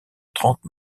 trente